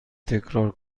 تکرار